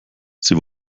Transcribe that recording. sie